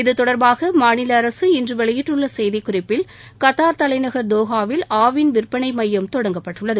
இத்தொடர்பாக மாநில அரசு இன்று வெளியிட்டுள்ள செய்திக்குறிப்பில் கத்தார் தலைநகர் தோஹாவில் ஆவின் விற்பனை மையம் தொடங்கப்பட்டுள்ளது